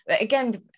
again